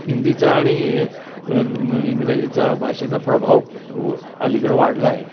हिंदीचा आणि इंग्रजीचा भाषेचा प्रभाव खूप अलीकडं वाढला आहे